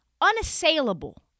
unassailable